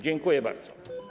Dziękuję bardzo.